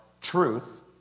truth